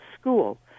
school